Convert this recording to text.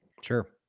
Sure